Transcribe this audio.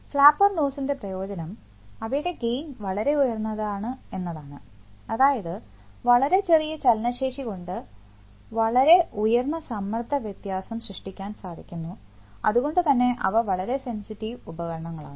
flapper നോസലിന്റെ പ്രയോജനം അവയുടെ ഗെയിൻ വളരെ ഉയർന്നതാണ് എന്നതാണ് അതായത് വളരെ ചെറിയ ചലനശേഷി കൊണ്ട് വളരെ ഉയർന്ന സമ്മർദ്ദ വ്യത്യാസം സൃഷ്ടിക്കാൻ സാധിക്കുന്നു അതുകൊണ്ടുതന്നെ അവ വളരെ സെൻസിറ്റീവ് ഉപകരണങ്ങളാണ്